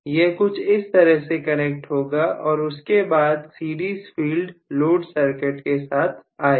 यह कुछ इस तरह से कनेक्ट होगा और उसके बाद सीरीज फील्ड लोड सर्किट के साथ आएगी